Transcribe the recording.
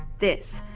this.